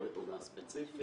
לא לפעולה ספציפית.